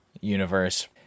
universe